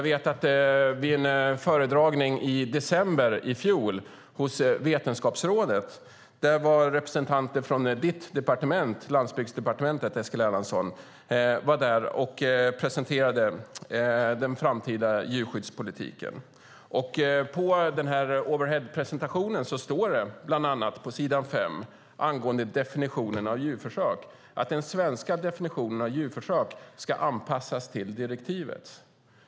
Vid en föredragning i december i fjol på Vetenskapsrådet presenterade representanter från ditt departement, Landsbygdsdepartementet, den framtida djurskyddspolitiken. I overheadpresentationen står det bland annat, på s. 5, att den svenska definitionen av djurförsök ska anpassas till direktivet.